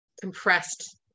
compressed